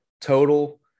total